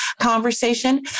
conversation